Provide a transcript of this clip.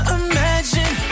imagine